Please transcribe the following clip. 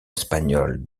espagnole